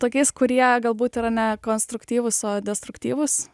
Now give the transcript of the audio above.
tokiais kurie galbūt yra ne konstruktyvūs o destruktyvūs